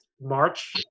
march